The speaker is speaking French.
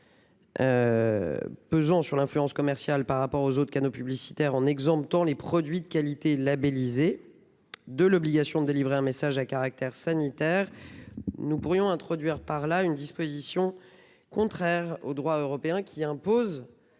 pesant sur l'influence commerciale par rapport aux canaux publicitaires par l'exemption des produits de qualité labellisés de l'obligation de délivrer un message à caractère sanitaire nous pourrions introduire une disposition contraire au droit européen, lequel impose